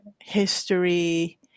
history